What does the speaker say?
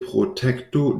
protekto